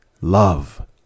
love